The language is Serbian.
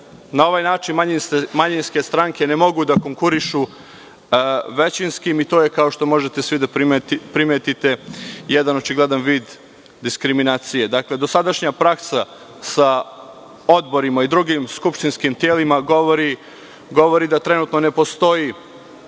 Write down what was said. na ovaj način manjinske stranke ne mogu da konkurišu većinskim i to je, kao što možete svi da primetite, jedan očigledan vid diskriminacije. Dosadašnja praksa sa odborima i drugim skupštinskim telima govorima da trenutno ne postoji